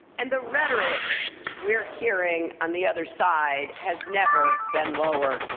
and the rhetoric we're hearing on the other side has never been lower.